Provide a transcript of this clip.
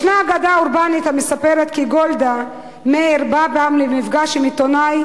ישנה אגדה אורבנית המספרת כי גולדה מאיר באה פעם למפגש עם עיתונאי